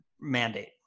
mandate